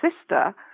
sister